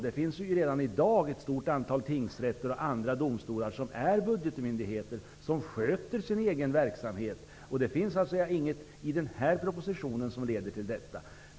Det finns redan i dag ett stort antal tingsrätter och andra domstolar som är budgetmyndigheter och sköter sin egen verksamhet. Det finns inget i den här propositionen som innebär detta.